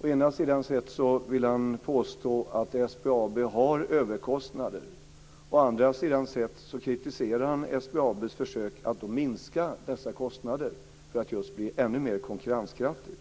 Å ena sidan vill han påstå att SBAB har överkostnader. Å andra sidan kritiserar han SBAB:s försök att minska dessa kostnader för att just bli ännu mer konkurrenskraftigt.